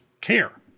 care